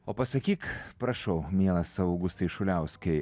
o pasakyk prašau mielas augustai šuliauskai